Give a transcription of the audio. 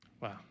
wow